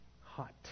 hot